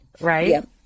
right